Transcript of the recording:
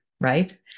right